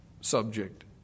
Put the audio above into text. subject